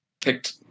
picked